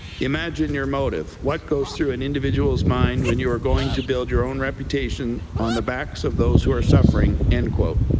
imagine your motive. what goes through an individual's mind when you are going to build your own reputation on the backs of those who are suffering. and